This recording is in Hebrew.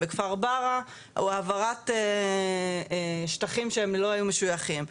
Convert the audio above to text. בכפר ברא העברת שטחים שלא היו משוייכים.